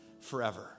forever